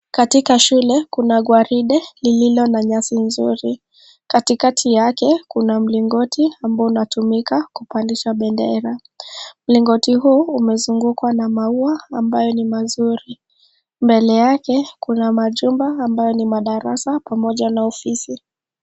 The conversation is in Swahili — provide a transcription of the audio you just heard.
Katika shule, kuna gwaride lililo na nyasi nzuri. Katikati yake, kuna mlingoti ambao unatumika kupandisha bendera. Mlingoti huu, umezungukwa na maua ambayo ni mazuri. Mbele yake, kuna majumba ambayo ni madarasa pamoja na ofisi.